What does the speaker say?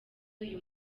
uyu